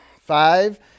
Five